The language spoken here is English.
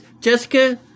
Jessica